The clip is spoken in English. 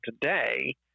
today